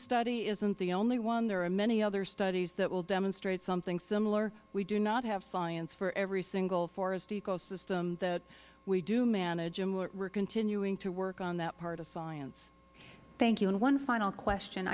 study isn't the only one there are many other studies that will demonstrate something similar we do not have science for every single forest ecosystem that we do manage and we are continuing to work on that part of science ms herseth sandlin and one final question